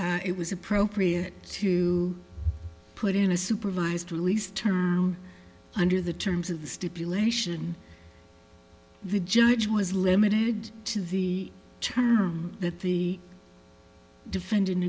it was appropriate to put in a supervised release term under the terms of the stipulation the judge was limited to the term that the defendant